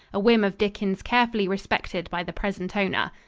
a whim of dickens carefully respected by the present owner.